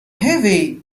heavy